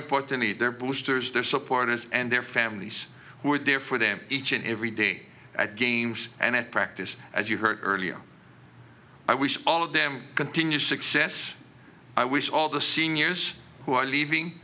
importantly their boosters their supporters and their families who are there for them each and every day at games and at practice as you heard earlier i wish all of them continued success i wish all the seniors who are leaving